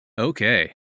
Okay